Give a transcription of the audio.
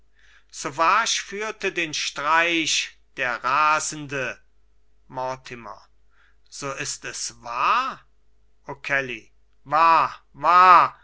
okelly sauvage führte den streich der rasende mortimer so ist es wahr okelly wahr wahr